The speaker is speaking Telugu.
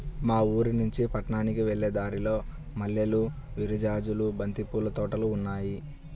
మా ఊరినుంచి పట్నానికి వెళ్ళే దారిలో మల్లెలు, విరజాజులు, బంతి పూల తోటలు ఉన్నాయ్